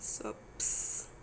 sups